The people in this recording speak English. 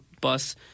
bus